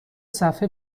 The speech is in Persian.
صفحه